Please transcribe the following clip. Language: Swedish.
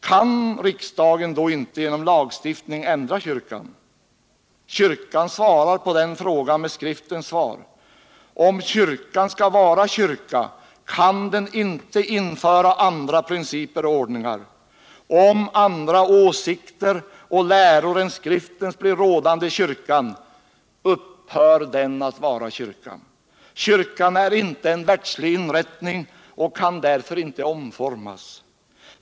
Kan riksdagen då inte genom lagstiftning ändra kyrkan? Kyrkan svarar på den frågan med Skriftens svar. Om kyrkan skall vara kyrka kan den inte införa andra principer och ordningar. Om andra åsikter och läror än Skriftens blir rådande i kyrkan upphör den att vara kyrka. Kyrkan är inte en världslig inrättning och kan därför inte omformas.